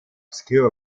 school